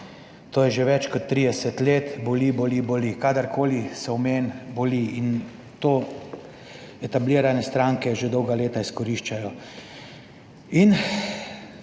to je že več kot 30 let, boli, boli, boli, kadarkoli se v meni boli, in to etablirane stranke že dolga leta izkoriščajo. In